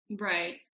Right